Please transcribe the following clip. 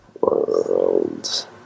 World